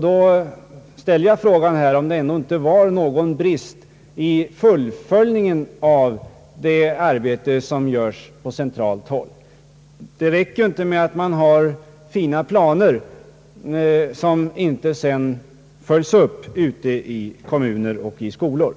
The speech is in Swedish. Då ställer jag frågan om det ändå inte är någon brist i fullföljandet av det arbete som göres på centralt håll. Det räcker inte med att man har fina planer som sedan inte följs upp ute i kommunerna och i skolorna.